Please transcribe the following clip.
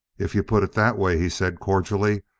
if you put it that way, he said cordially,